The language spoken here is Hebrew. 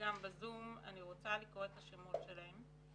וגם ב-זום, אני רוצה לקרוא את השמות שלהן.